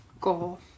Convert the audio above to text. goal